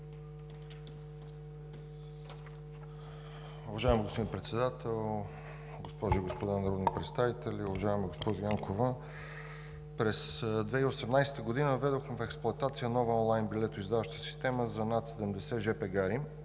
Уважаеми господин Председател, госпожи и господа народни представители! Уважаема госпожо Янкова, през 2018 г. въведохме в експлоатация нова онлайн билетоиздаваща система в над 70 жп гари